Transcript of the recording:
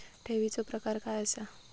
ठेवीचो प्रकार काय असा?